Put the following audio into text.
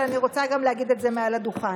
אבל אני רוצה גם להגיד את זה מעל הדוכן.